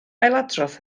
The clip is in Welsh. ailadrodd